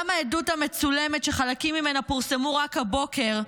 גם העדות המצולמת, שחלקים ממנה פורסמו רק הבוקר,